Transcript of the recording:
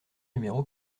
numéro